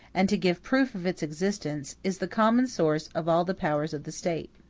and to give proof of its existence, is the common source of all the powers of the state.